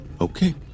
Okay